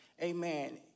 amen